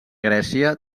grècia